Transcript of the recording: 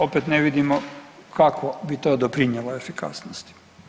Opet ne vidimo kako bi to doprinijelo efikasnosti.